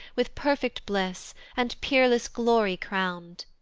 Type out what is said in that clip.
with perfect bliss, and peerless glory crown'd.